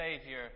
Savior